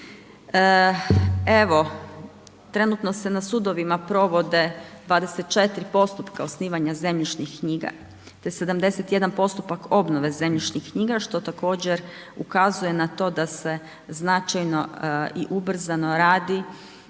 Evo, trenutno se na sudovima provode 24 postupka osnivanja zemljišnih knjiga te 71 postupak obnove zemljišnih knjiga, što također ukazuje na to da se značajno i ubrzano radi